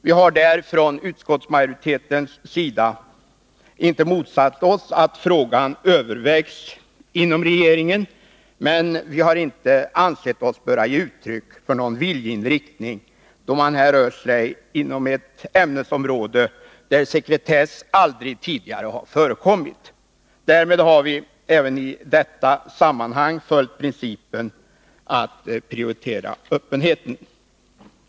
Vi har från utskottsmajoritetens sida inte motsatt oss att frågan övervägs inom regeringen, men vi har inte ansett oss böra ge uttryck för någon viljeinriktning, då man här rör sig inom ett ämnesområde där sekretess aldrig tidigare har förekommit. Därmed har vi även i detta sammanhang följt principen att prioritera öppenheten.